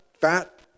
fat